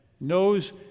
Knows